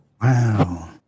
wow